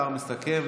השר המסכם.